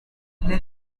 there